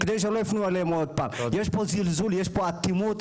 כדי שלא יפנו עוד פעם, יש פה זלזול, יש פה אטימות.